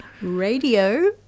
radio